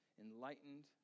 enlightened